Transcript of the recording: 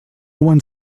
one